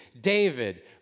David